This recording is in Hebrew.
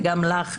וגם לך,